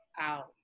out